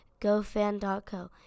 gofan.co